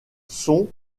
sont